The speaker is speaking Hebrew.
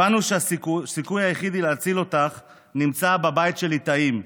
הבנו שהסיכוי היחיד להציל אותך נמצא בבית של ליטאים,